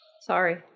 Sorry